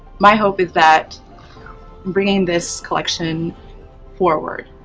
my hope is that bringing this collection forward,